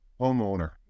homeowner